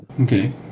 Okay